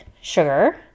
sugar